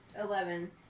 Eleven